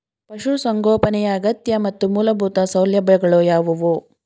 ಪಶುಸಂಗೋಪನೆಯ ಅಗತ್ಯ ಮತ್ತು ಮೂಲಭೂತ ಸೌಲಭ್ಯಗಳು ಯಾವುವು?